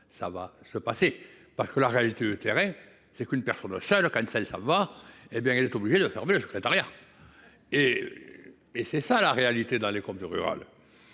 ça va se passer parce que la réalité du terrain c'est qu'une personne seul ça va hé bien quelle est obligée de fermer le secrétariat. Et. Et c'est ça la réalité dans les communes rurales.